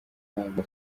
guhabwa